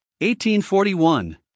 1841